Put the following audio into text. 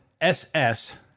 SS